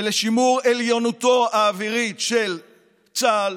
ולשימור עליונותו האווירית של צה"ל